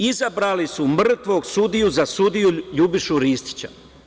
Izabrali su mrtvog sudiju za sudiju LJubišu Ristića.